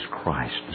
Christ